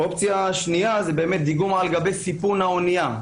אופציה שנייה היא דיגום על גבי סיפון האנייה.